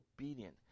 obedient